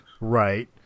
Right